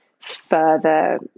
further